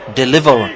deliver